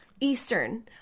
Eastern